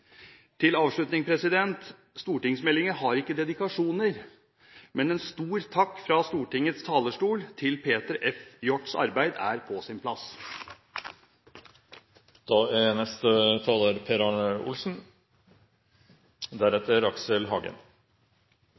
Til avslutning: Stortingsmeldinger har ikke dedikasjoner, men en stor takk fra Stortingets talerstol til Peter F. Hjort for hans arbeid er på sin plass.